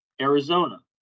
Arizona